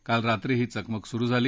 काल रात्री ही चकमक सुरु झाली